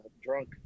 drunk